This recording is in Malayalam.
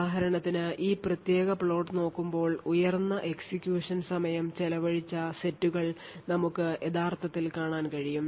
ഉദാഹരണത്തിന് ഈ പ്രത്യേക പ്ലോട്ട് നോക്കുമ്പോൾ ഉയർന്ന എക്സിക്യൂഷൻ സമയം ചെലവഴിച്ച സെറ്റുകൾ നമുക്ക് യഥാർത്ഥത്തിൽ കാണാൻ കഴിയും